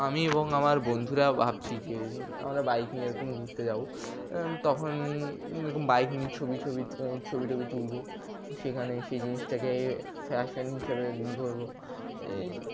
আমি এবং আমার বন্ধুরা ভাবছি যে আমরা বাইক নিয়ে এরকম ঘুরতে যাব তখন এরকম বাইক নিয়ে ছবি ছবি ছবি টবি তুলব সেখানে সেই জিনিসটাকে ফ্যাশান হিসেবে ধরবো